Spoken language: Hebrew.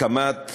הקמת